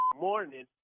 morning